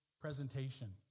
presentation